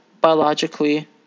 biologically